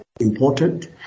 important